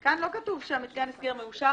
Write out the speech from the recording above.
-- אבל כאן לא כתוב שמתקן ההסגר המאושר